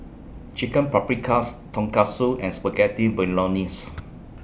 Chicken Paprikas Tonkatsu and Spaghetti Bolognese